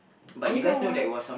you know what